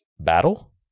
battle